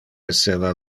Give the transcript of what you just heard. esseva